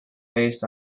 based